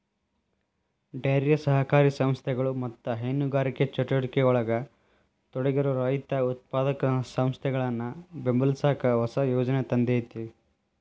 dairy ಸಹಕಾರಿ ಸಂಸ್ಥೆಗಳು ಮತ್ತ ಹೈನುಗಾರಿಕೆ ಚಟುವಟಿಕೆಯೊಳಗ ತೊಡಗಿರೋ ರೈತ ಉತ್ಪಾದಕ ಸಂಸ್ಥೆಗಳನ್ನ ಬೆಂಬಲಸಾಕ ಹೊಸ ಯೋಜನೆ ತಂದೇತಿ